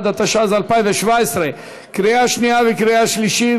61), התשע"ז 2017, לקריאה שנייה וקריאה שלישית.